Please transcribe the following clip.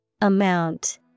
Amount